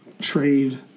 trade